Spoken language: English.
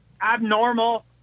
abnormal